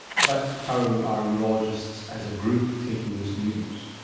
but how are urologists as a group taking this news?